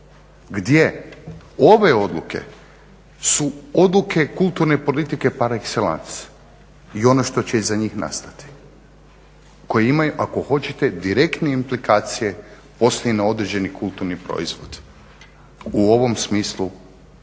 Gdje ove odluke su odluke kulturne politike par exellance o ono što će iza njih nastati koji imaju ako hoćete direktne implikacije poslije i na određeni kulturni proizvod, u ovom smislu